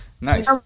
Nice